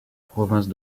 province